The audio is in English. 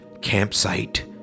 campsite